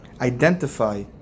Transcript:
identify